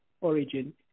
origin